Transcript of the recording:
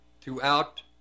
throughout